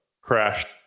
crashed